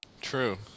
True